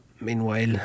Meanwhile